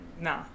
nah